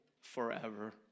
forever